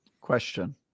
Question